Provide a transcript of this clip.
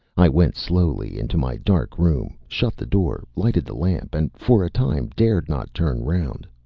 i went slowly into my dark room, shut the door, lighted the lamp, and for a time dared not turn round.